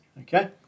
okay